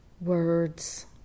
Words